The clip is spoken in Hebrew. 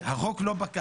אמר בצדק: החוק לא פקע,